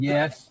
Yes